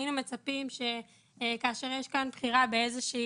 היינו מצפים שכאשר יש כאן בחירה באיזושהי